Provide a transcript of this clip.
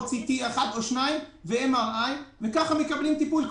CT אחד או שניים ו-MRI וככה כל התושבים מקבלים טיפול.